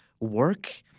work